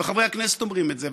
וחברי הכנסת אומרים את זה,